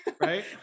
Right